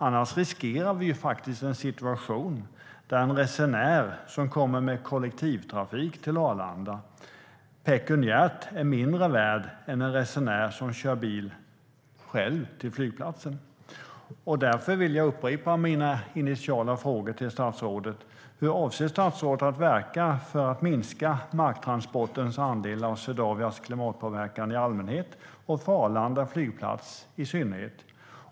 Annars riskerar vi en situation där en resenär som kommer med kollektivtrafik till Arlanda är pekuniärt mindre värd än en resenär som kör bil själv till flygplatsen. Därför vill jag upprepa mina initiala frågor till statsrådet: Hur avser statsrådet att verka för att minska marktransportens andel av Swedavias klimatpåverkan i allmänhet och för Arlanda flygplats i synnerhet?